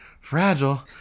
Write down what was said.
fragile